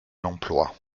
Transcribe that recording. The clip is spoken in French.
l’emploi